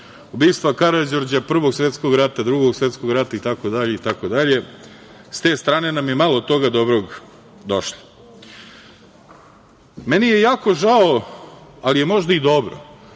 ubistva Karađorđa, Prvog svetskog rata, Drugog svetskog rata itd, itd. S te strane nam je malo toga dobrog došlo. Meni je jako žao, ali je možda i dobro